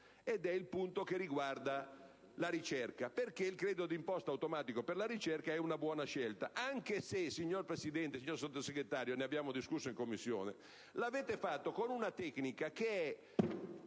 ed è il punto che riguarda la ricerca, perché il credito d'imposta automatico per la ricerca è una buona scelta, anche se, signor Presidente e signor Sottosegretario (e ne abbiamo discusso in Commissione), l'avete fatto con una tecnica che è